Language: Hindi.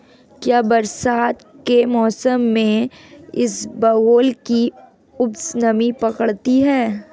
क्या बरसात के मौसम में इसबगोल की उपज नमी पकड़ती है?